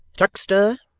chuckster,